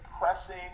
pressing